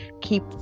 keep